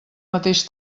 mateix